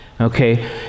okay